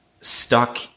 stuck